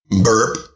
Burp